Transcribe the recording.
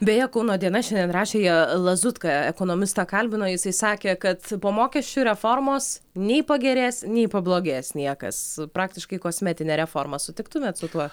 beje kauno diena šiandien rašė jie lazutką ekonomistą kalbino jisai sakė kad po mokesčių reformos nei pagerės nei pablogės niekas praktiškai kosmetinė reforma sutiktumėt su tuo